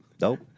Nope